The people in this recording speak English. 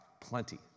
plenty